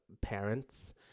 parents